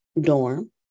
dorm